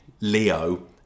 Leo